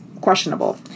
questionable